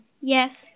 Yes